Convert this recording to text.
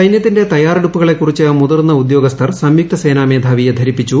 സൈന്യത്തിന്റെ തയ്യാറെടുപ്പുകളെക്കുറിച്ച് മുതിർന്ന ഉദ്യോഗസ്ഥർ സംയുക്ത സേനാമേധാവിയെ ധരിപ്പിച്ചു